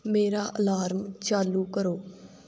ਮੇਰਾ ਅਲਾਰਮ ਚਾਲੂ ਕਰੋ